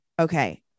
Okay